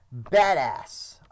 badass